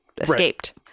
escaped